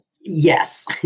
Yes